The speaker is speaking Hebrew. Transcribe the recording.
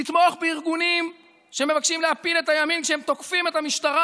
לתמוך בארגונים שמבקשים להפיל את הימין כשהם תוקפים את המשטרה